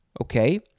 Okay